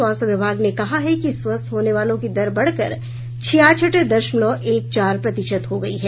स्वास्थ्य विभाग ने कहा है कि स्वस्थ होने वालों की दर बढ़कर छियासठ दशमलव एक चार प्रतिशत हो गयी है